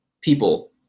people